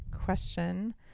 question